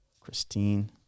Christine